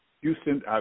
Houston –